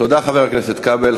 תודה, חבר הכנסת כבל.